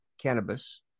cannabis